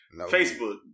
Facebook